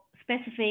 specific